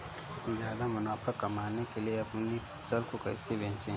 ज्यादा मुनाफा कमाने के लिए अपनी फसल को कैसे बेचें?